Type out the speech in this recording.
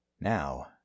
Now